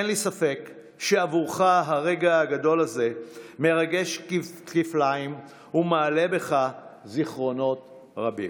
אין לי ספק שבעבורך הרגע הגדול הזה מרגש כפליים ומעלה בך זיכרונות רבים.